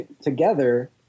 together